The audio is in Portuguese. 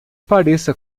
pareça